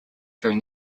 during